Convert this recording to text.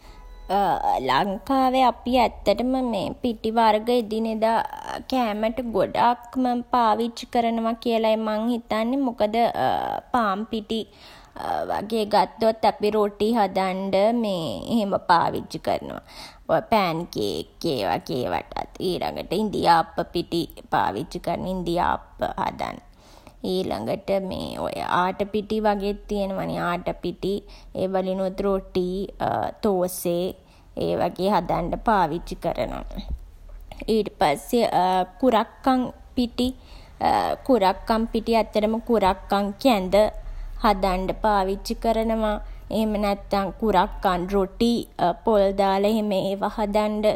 ලංකාවේ අපි ඇත්තටම මේ පිටි වර්ග එදිනෙදා කෑමට ගොඩාක්ම පාවිච්චි කරනවා කියලයි මම හිතන්නේ. මොකද පාන් පිටි වගේ ගත්තොත් අපි රොටි හදන්ඩ එහෙම පාවිච්චි කරනවා. ඔය පෑන් කේක් ඒ වගේ ඒවටත්. ඊළඟට ඉඳිආප්ප පිටි පාවිච්චි කරනවා ඉඳිආප්ප හදන්න. ඊළඟට මේ ඔය ආටා පිටි වගේත් තියනවා නේ. ආටා පිටි. ඒ වලිනුත් රොටි තෝසේ ඒ වගේ හදන්න පාවිච්චි කරනවා. ඊට පස්සේ <> කුරක්කන් පිටි කුරක්කන් පිටි ඇත්තටම කුරක්කන් කැඳ හදන්ඩ පාවිච්චි කරනවා. එහෙම නැත්තන් කුරක්කන් රොටි පොල් දාලා එහෙම ඒවා හදන්ඩ